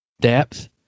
depth